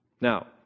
Now